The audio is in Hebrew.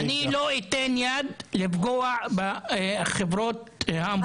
אני לא אתן יד לפגוע בחברות האמבולנסים בישובים הערביים.